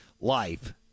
life